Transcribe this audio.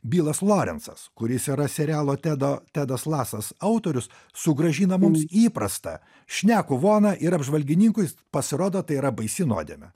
bilas lorencas kuris yra serialo tedo tedas lasas autorius sugrąžina mums įprastą šnekų voną ir apžvalgininkui pasirodo tai yra baisi nuodėmė